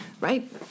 Right